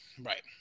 Right